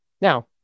Now